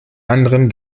anderen